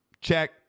Check